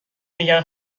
میگن